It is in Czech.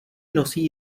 nosí